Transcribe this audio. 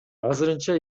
азырынча